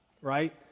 right